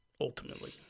ultimately